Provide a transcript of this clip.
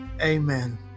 Amen